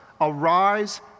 arise